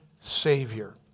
Savior